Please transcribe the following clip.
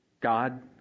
God